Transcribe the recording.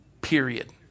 period